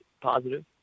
positive